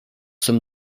somme